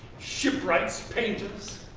shipwrights, painters,